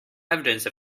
evidence